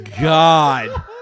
God